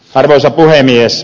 arvoisa puhemies